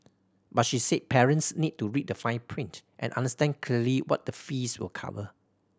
but she said parents need to read the fine print and understand clearly what the fees will cover